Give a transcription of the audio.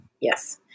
Yes